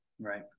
Right